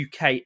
UK